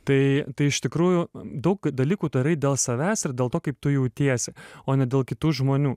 tai tai iš tikrųjų daug dalykų darai dėl savęs ir dėl to kaip tu jautiesi o ne dėl kitų žmonių